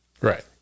Right